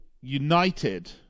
United